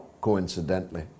coincidentally